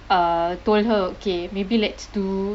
uh told her okay maybe let's do